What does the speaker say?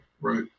Right